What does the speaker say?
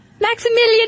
Maximilian